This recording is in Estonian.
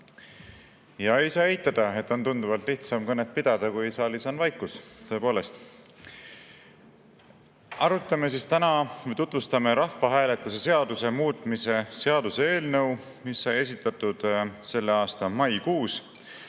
Ei saa eitada, et on tunduvalt lihtsam kõnet pidada, kui saalis on vaikus, tõepoolest.Me arutame või ma tutvustan täna rahvahääletuse seaduse muutmise seaduse eelnõu, mis sai esitatud selle aasta maikuus